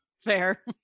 Fair